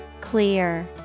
Clear